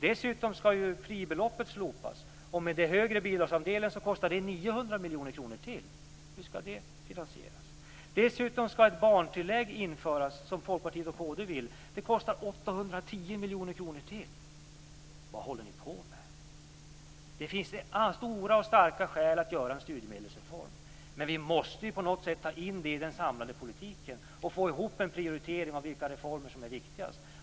Dessutom skall ju fribeloppet slopas, och med den högre bidragsandelen kostar det 900 miljoner kronor till. Hur skall det finansieras? Dessutom vill Folkpartiet och kd att ett barntillägg skall införas. Det kostar 810 miljoner kronor till. Vad håller ni på med? Det finns stora och starka skäl att göra en studiemedelsreform, men vi måste på något sätt ta in det i den samlade politiken och få ihop en prioritering av vilka reformer som är viktigast.